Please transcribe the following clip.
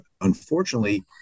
unfortunately